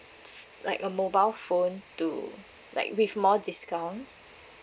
ph~ like a mobile phone to like with more discounts